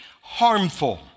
harmful